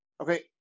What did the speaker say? okay